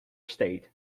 state